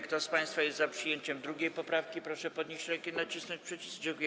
Kto z państwa jest za przyjęciem 2. poprawki, proszę podnieść rękę i nacisnąć przycisk.